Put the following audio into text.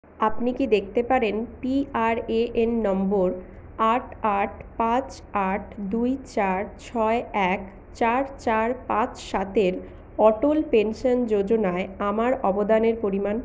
আপনি কি দেখতে পারেন পিআরএএন নম্বর আট আট পাঁচ আট দুই চার ছয় এক চার চার পাঁচ সাতের অটল পেনশন যোজনায় আমার অবদানের পরিমাণ